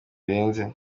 birenze